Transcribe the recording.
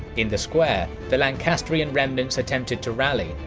in the square, the lancastrian remnants attempted to rally,